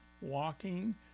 walking